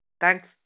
Thanks